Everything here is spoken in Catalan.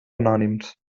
anònims